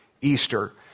Easter